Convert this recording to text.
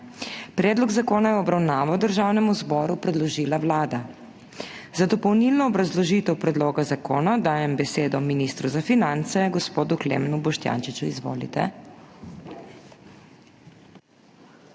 Predlog zakona je v obravnavo Državnemu zboru predložila Vlada. Za dopolnilno obrazložitev predloga zakona dajem besedo ministru za finance, gospodu Klemnu Boštjančiču. Izvolite.